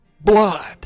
blood